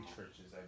churches